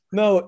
no